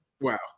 Wow